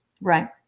Right